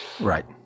Right